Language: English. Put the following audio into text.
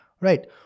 right